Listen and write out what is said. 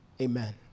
amen